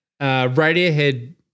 Radiohead